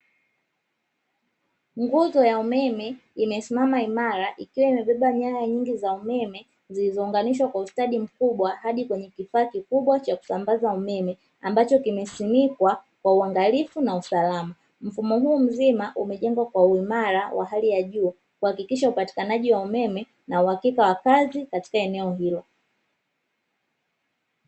Nguzo ya umeme imesimama imara ikiwa imebeba nyaya nyingi za umeme zilizo unganishwa kwa ustadi mkubwa, hadi kwenye kifaa kikubwa cha kusambaza umeme; ambacho kime simikwa kwa uangalifu na usalama, mfumo huu mzima umejengwa kwa uimara wa hali ya juu kuhakikisha upatikanaji wa umeme na uhakika wa kazi katika eneo hilo.